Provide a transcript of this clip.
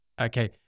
okay